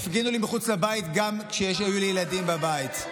הפגינו לי מחוץ לבית גם כשהיו לי ילדים בבית.